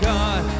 God